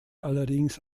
allerdings